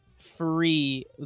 free